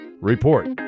Report